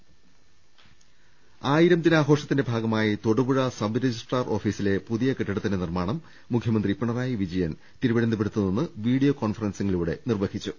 ഗവൺമെന്റിന്റെ ആയിരം ദിനാഘോഷങ്ങളുടെ ഭാഗമായി തൊടു പുഴ സബ് രജിസ്ട്രാർ ഓഫീസിലെ പുതിയ കെട്ടിടത്തിന്റെ നിർമാണം മുഖ്യമന്ത്രി പിണറായി വിജയൻ തിരുവനന്തപുരത്ത് നിന്ന് വീഡിയോ കോൺഫറൻസിങ്ങിലൂടെ നിർവഹിച്ചു